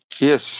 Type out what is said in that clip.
Yes